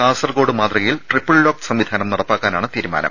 കാസർകോട് മാതൃകയിൽ triple lock സംവിധാനം നടപ്പാക്കാനാണ് തീരുമാനം